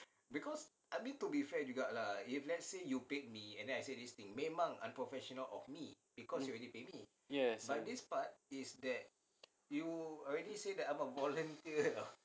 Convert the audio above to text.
yes